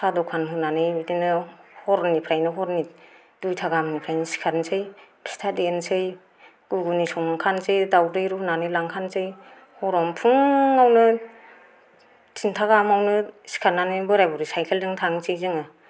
साह दखान होनानै बिदिनो हरनिफ्रायनो हरनि दुइता गाहामनिफ्रायनो सिखारनोसै फिथा देनोसै घुगुनि संखानोसै दावदै रुनानै लाखांनोसै हरावनो फुंआवनो तिन्था गाहामाव सिखारनानै बोराय बुरै साइकेलजों थांनोसै जोङो